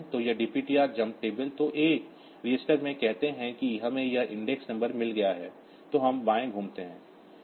तो यह DPTR jump table तो A रजिस्टर में कहते हैं कि हमें यह इंडेक्स नंबर मिल गया है तो हम बाएं घूमते हैं